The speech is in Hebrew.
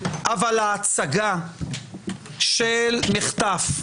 אבל ההצגה של מחטף,